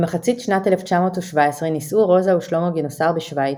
במחצית שנת 1917 נישאו רוזה ושלמה גינוסר בשווייץ,